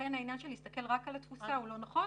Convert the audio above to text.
ולכן להסתכל רק על התפוסה זה לא נכון.